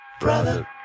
brother